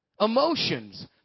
emotions